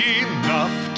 enough